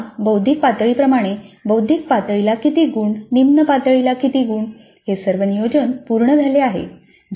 सीओच्या बौद्धिक पातळीप्रमाणे बौद्धिक पातळीला किती गुण निम्न पातळीला किती गुण हे सर्व नियोजन पूर्ण झाले आहे